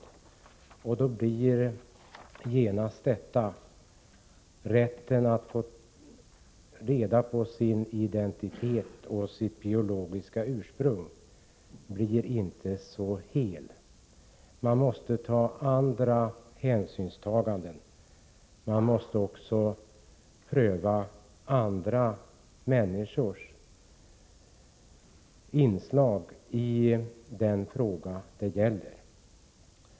Det handlar inte bara om rätten att få veta sin identitet och sitt biologiska ursprung. Man måste ta åtskilliga hänsyn och pröva hur andra människor påverkas av ställningstagandet i den fråga det gäller.